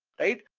right?